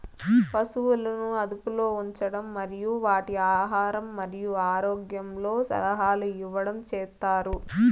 పసువులను అదుపులో ఉంచడం మరియు వాటి ఆహారం మరియు ఆరోగ్యంలో సలహాలు ఇవ్వడం చేత్తారు